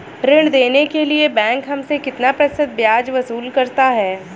ऋण देने के लिए बैंक हमसे कितना प्रतिशत ब्याज वसूल करता है?